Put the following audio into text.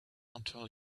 until